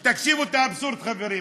תקשיבו לאבסורד, חברים,